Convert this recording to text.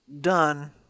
done